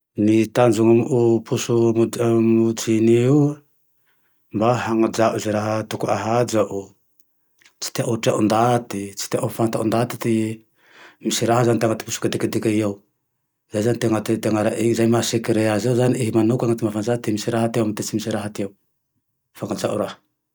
Ny tanjo amy ao posy o jean io mba hanajao zay raha tokony hahajao, tsy tiao ho trea ndaty, tsy tiao ho fantae ndaty ty. Misy raha zane ty anaty posy kedekedeky i ao. Zay zane ty antony anara e. Zay maha sekre aze io zane iha manokany ty mahafantatsy aze. Te misy raha ty ao amy te tsy misy raha ty ao? fanajao raha